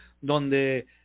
donde